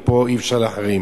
ופה אי-אפשר להחרים.